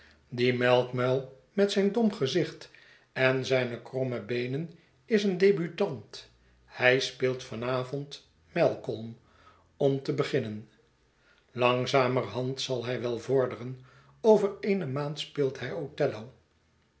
die melkmuil met zijn dom gezicht en zijne kromme beenen is een debutant hij speelt van avond malcolm om te beginnen langzamerhand zal hij wel vorderen over eene maand speelt hij